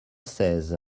seize